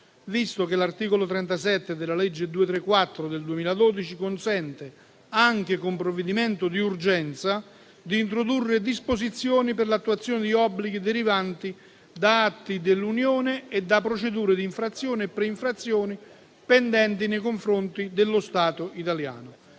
visto che l'articolo 37 della legge n. 234 del 2012 consente, anche con provvedimento d'urgenza, di introdurre disposizioni per l'attuazione di obblighi derivanti da atti dell'Unione e da procedure di infrazione e pre-infrazione pendenti nei confronti dello Stato italiano.